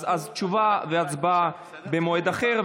אז תשובה והצבעה במועד אחר.